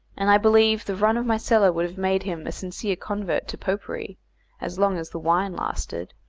and i believe the run of my cellar would have made him a sincere convert to popery as long as the wine lasted.